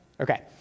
Okay